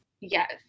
Yes